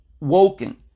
woken